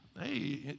Hey